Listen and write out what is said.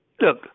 look